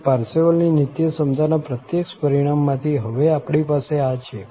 તેથી પારસેવલની નીત્યસમતાના પ્રત્યક્ષ પરિણામમાંથી હવે આપણી પાસે આ છે